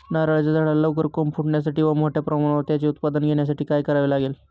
नारळाच्या झाडाला लवकर कोंब फुटण्यासाठी व मोठ्या प्रमाणावर त्याचे उत्पादन घेण्यासाठी काय करावे लागेल?